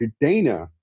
Dana